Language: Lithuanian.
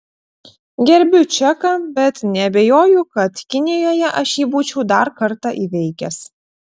gerbiu čeką bet neabejoju kad kinijoje aš jį būčiau dar kartą įveikęs